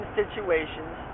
situations